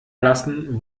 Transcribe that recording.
lassen